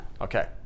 okay